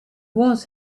was